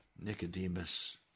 Nicodemus